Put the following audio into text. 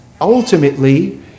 ultimately